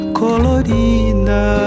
colorida